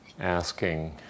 asking